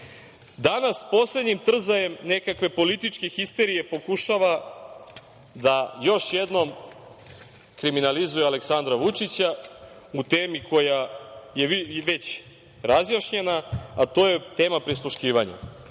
danas poslednjim trzajem nekakve političke histerije pokušava da još jednom kriminalizuje Aleksandra Vučića u temi koja je već razjašnjena, a to je tema prisluškivanja. Kao